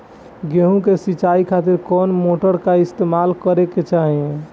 गेहूं के सिंचाई खातिर कौन मोटर का इस्तेमाल करे के चाहीं?